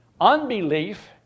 Unbelief